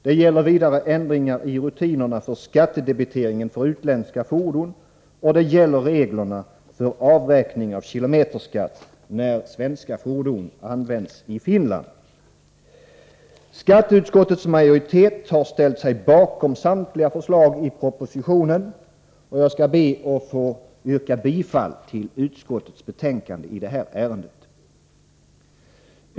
Det gäller vidare ändringar i rutinerna för skattedebiteringen för utländska fordon, och det gäller reglerna för avräkning av kilometerskatt, när svenska fordon används i Finland. Skatteutskottets majoritet har ställt sig bakom samtliga förslag i propositionen, och jag skall be att få yrka bifall till utskottets hemställan i detta ärende.